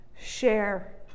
Share